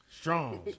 Strong